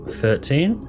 thirteen